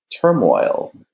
turmoil